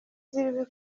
z’ibibi